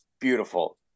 beautiful